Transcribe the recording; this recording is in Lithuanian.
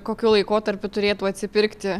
kokiu laikotarpiu turėtų atsipirkti